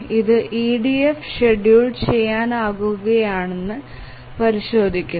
ഇത് EDF schedule ചെയ്യാനാകുമോയെന്ന് പരിശോധിക്കാൻ